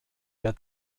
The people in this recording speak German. der